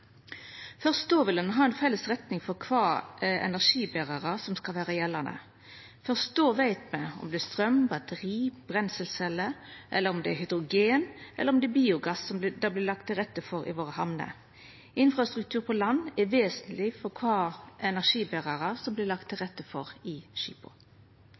Først då vil ein ha ei felles retning for kva energiberarar som skal vera gjeldande. Først då veit me om det er straum, batteri, brenselsceller, hydrogen eller biogass det vert lagt til rette for i hamnene våre. Infrastruktur på land er vesentleg for kva energiberarar det vil verta lagt til rette for i